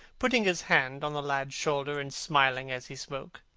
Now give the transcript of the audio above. putting his hand on the lad's shoulder and smiling as he spoke.